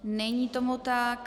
Není tomu tak.